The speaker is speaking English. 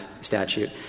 statute